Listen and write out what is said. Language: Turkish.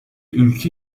ülke